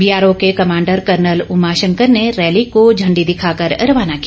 BRO के commander colonel Uma Shankar ने rally को झंडी दिखाकर रवाना किया